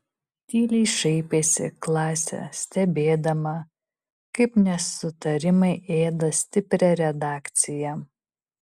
tyliai šaipėsi klasė stebėdama kaip nesutarimai ėda stiprią redakciją